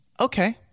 okay